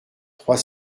trois